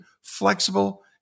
flexible